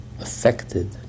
affected